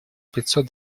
пятьсот